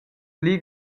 pli